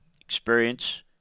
experience